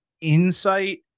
insight